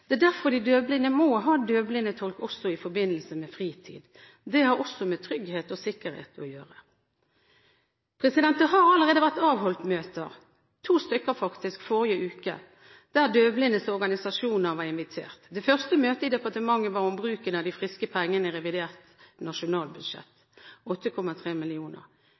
Det er derfor døvblinde må ha døvblindtolk også i forbindelse med fritid. Det har også med trygghet og sikkerhet å gjøre. Det har allerede vært avholdt møter – to stykker, faktisk, i forrige uke, der døvblindes organisasjoner var invitert. Det første møtet i departementet var om bruken av de friske pengene i revidert nasjonalbudsjett: 8,3